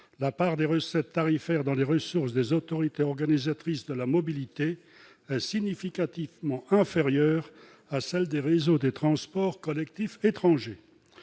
la part des recettes tarifaires dans les ressources des autorités organisatrices de la mobilité (AOM) est significativement inférieure à celle des réseaux de transports collectifs étrangers.